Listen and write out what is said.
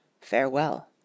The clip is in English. farewell